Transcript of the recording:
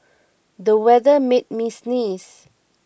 the weather made me sneeze